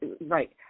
right